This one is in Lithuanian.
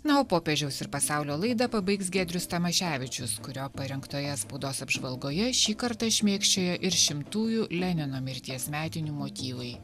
na o popiežiaus ir pasaulio laidą pabaigs giedrius tamaševičius kurio parengtoje spaudos apžvalgoje šį kartą šmėkščiojo ir šimtųjų lenino mirties metinių motyvai